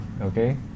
okay